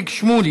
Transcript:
התשע"ג 2013,